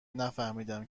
نفهمیدم